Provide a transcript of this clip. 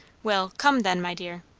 well, come then, my dear.